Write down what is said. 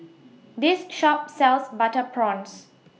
This Shop sells Butter Prawns